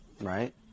Right